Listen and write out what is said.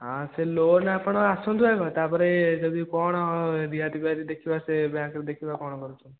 ହଁ ସେ ଲୋନ୍ ଆପଣ ଆସନ୍ତୁ ଆଗ ତା'ପରେ ଯଦି କ'ଣ ରିହାତି ପିଆତି ଦେଖିବା ସେ ବ୍ୟାଙ୍କ୍ରେ ଦେଖିବା କ'ଣ କରୁଛନ୍ତି